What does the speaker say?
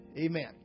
Amen